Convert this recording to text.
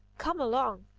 come along.